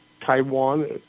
Taiwan